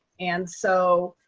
and so